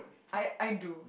I I do